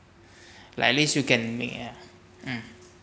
like at least you can make ah mm